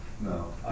no